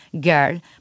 girl